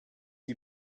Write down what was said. you